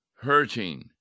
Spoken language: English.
hurting